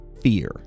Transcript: fear